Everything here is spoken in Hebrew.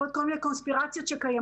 בעקבות כל מיני קונספירציות שקיימות,